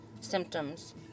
symptoms